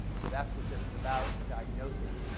so that's what this is about, diagnosing,